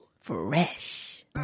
Fresh